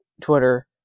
Twitter